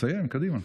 תסיים, קדימה.